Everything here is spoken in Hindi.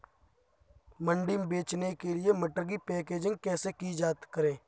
मंडी में बेचने के लिए मटर की पैकेजिंग कैसे करें?